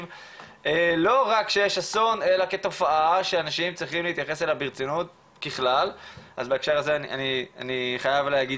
והוא אומר שהגילוי הזה הוא גילוי